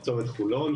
צומת חולון,